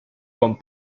con